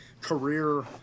career